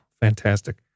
Fantastic